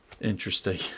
interesting